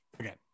Okay